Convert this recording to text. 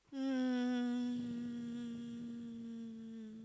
um